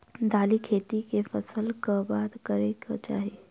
दालि खेती केँ फसल कऽ बाद करै कऽ चाहि?